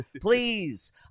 please